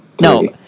No